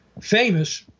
famous